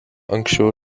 anksčiau